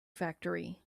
factory